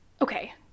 okay